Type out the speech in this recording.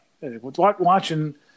Watching